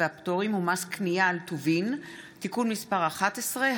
והפטורים ומס קנייה על טובין (תיקון מס' 11),